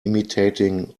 imitating